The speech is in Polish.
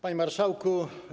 Panie Marszałku!